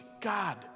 God